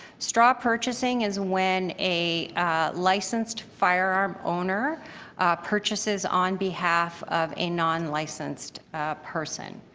straw purchasing is when a licensed firearm owner purchases on behalf of a non-licensed person.